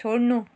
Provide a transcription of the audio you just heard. छोड्नु